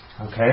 Okay